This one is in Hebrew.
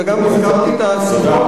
וגם הזכרתי את השיחות,